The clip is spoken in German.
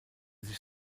sich